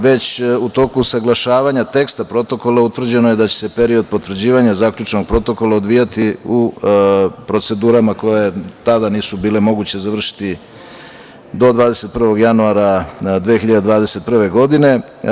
Već u toku usaglašavanja teksta Protokola utvrđeno je da će se period potvrđivanja zaključenog Protokola odvijati u procedurama koje tada nisu bile moguće završiti do 21. januara 2021. godine.